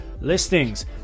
listings